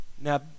Now